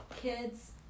kids